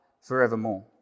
forevermore